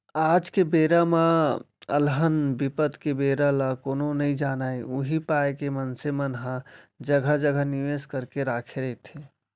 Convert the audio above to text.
आज के बेरा म अलहन बिपत के बेरा ल कोनो नइ जानय उही पाय के मनसे मन ह जघा जघा निवेस करके रखे रहिथे